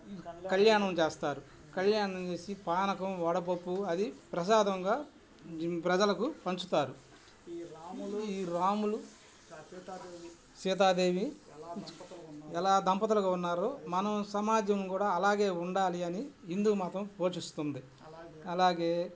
కళ్యాణం చేస్తారు కళ్యాణం చేసి పానకం వడపప్పు అది ప్రసాదంగా ప్రజలకు పంచుతారు ఈ రాములు సీతాదేవి ఎలా దంపతులుగా ఉన్నారో మనం సమాజం కూడా అలాగే ఉండాలి అని హిందూ మతం బోషిస్తుంది అలాగే